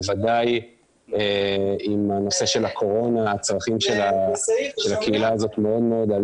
בוודאי בגלל הקורונה הצרכים של הקהילה הזאת עלו מאוד,